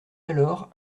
alors